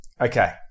Okay